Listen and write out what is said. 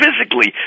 physically